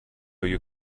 you